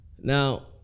Now